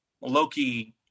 Loki